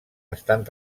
estan